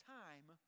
time